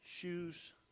shoes